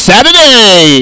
Saturday